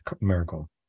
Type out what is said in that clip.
miracle